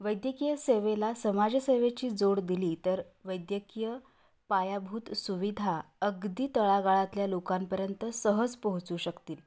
वैद्यकीय सेवेला समाजसेवेची जोड दिली तर वैद्यकीय पायाभूत सुविधा अगदी तळागाळातल्या लोकांपर्यंत सहज पोहोचू शकतील